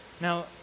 Now